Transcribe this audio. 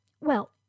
well—